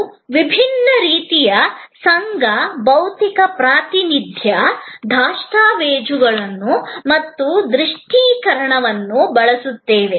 ನಾವು ವಿಭಿನ್ನ ರೀತಿಯ ಸಂಘ ಭೌತಿಕ ಪ್ರಾತಿನಿಧ್ಯ ದಸ್ತಾವೇಜನ್ನು ಮತ್ತು ದೃಶ್ಯೀಕರಣವನ್ನು ಬಳಸುತ್ತೇವೆ